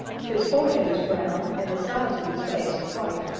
his forehead is brown and the sides of his face white.